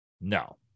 No